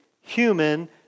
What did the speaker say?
human